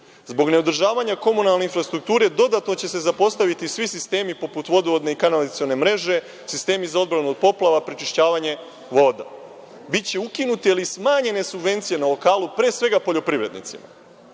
zbog ne održavanja komunalne infrastrukture dodatno će se zapostaviti svi sistemi poput vodovodne i kanalizacione mreže, sistemu za odbranu od poplava, prečišćavanje voda. Biće ukinute ili smanjene subvencije na lokalu, pre svega poljoprivrednicima.